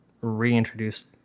reintroduced